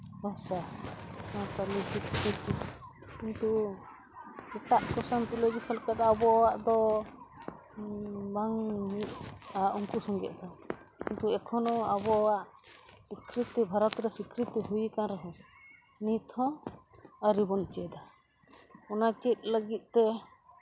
ᱵᱷᱟᱥᱟ ᱥᱟᱱᱛᱟᱲᱤ ᱠᱤᱱᱛᱩ ᱮᱴᱟᱜ ᱠᱚ ᱥᱟᱶ ᱛᱩᱞᱟᱹ ᱡᱚᱠᱷᱟ ᱞᱮᱠᱷᱟᱱ ᱟᱵᱚᱣᱟᱜ ᱫᱚ ᱵᱟᱝ ᱢᱤᱫᱼᱟ ᱩᱱᱠᱩ ᱥᱚᱝᱜᱮᱜ ᱫᱚ ᱡᱮ ᱮᱠᱷᱚᱱᱳ ᱟᱵᱚᱣᱟᱜ ᱥᱤᱠᱨᱤᱛᱤ ᱵᱷᱟᱨᱚᱛ ᱨᱮ ᱥᱤᱠᱨᱤᱛᱤ ᱦᱩᱭ ᱟᱠᱟᱱ ᱨᱮᱦᱚᱸ ᱱᱤᱛᱦᱚᱸ ᱟᱹᱣᱨᱤ ᱵᱚᱱ ᱪᱮᱫᱟ ᱚᱱᱟ ᱪᱮᱫ ᱞᱟᱹᱜᱤᱫ ᱛᱮ